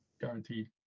guaranteed